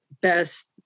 best